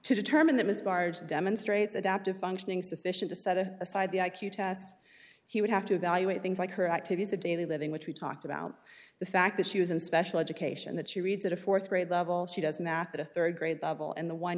to determine that was barge demonstrates adaptive functioning sufficient to set it aside the i q test he would have to evaluate things like her activities of daily living which we talked about the fact that she was in special education that she reads at a fourth grade level she does math at a third grade level and the one